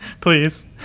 Please